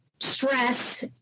Stress